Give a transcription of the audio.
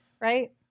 right